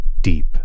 deep